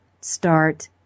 Start